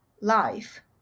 life